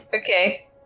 Okay